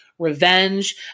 revenge